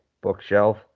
bookshelf